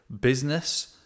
business